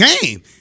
game